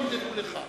ימדדו לך.